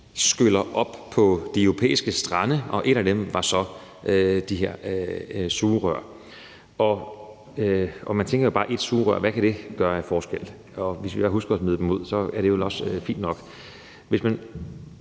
skyller op på de europæiske strande. Et af dem var så de her sugerør. Man tænker bare: Hvad kan et sugerør gøre af forskel? Hvis vi bare husker at smide dem ud, er det vel også fint nok. Hvis vi